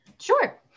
Sure